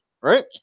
Right